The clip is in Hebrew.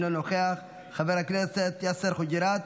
אינו נוכח, חבר הכנסת יאסר חוג'יראת,